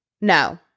No